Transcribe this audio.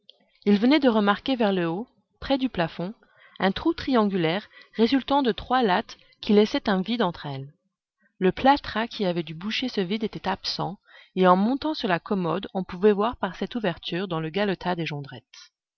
il venait de remarquer vers le haut près du plafond un trou triangulaire résultant de trois lattes qui laissaient un vide entre elles le plâtras qui avait dû boucher ce vide était absent et en montant sur la commode on pouvait voir par cette ouverture dans le galetas des